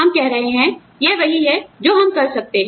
हम कह रहे हैं यह वही है जो हम कर सकते हैं